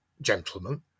gentlemen